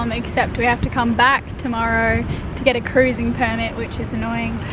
um except we have to come back tomorrow to get a cruising permit, which is annoying.